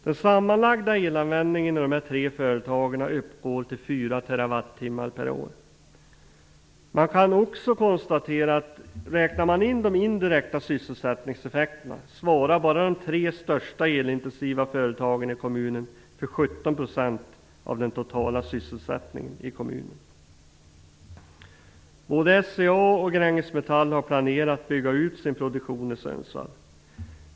Den sammanlagda elanvändningen i de här tre företagen uppgår till 4 TWh/år. Man kan också konstatera att räknar man in de indirekta sysselsättningseffekterna svarar bara de tre största elintensiva företagen i kommunen för 17 % av den totala sysselsättningen. Både SCA och Gränges Metall har planerat att bygga ut sin produktion i Sundsvall.